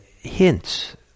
hints